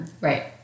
Right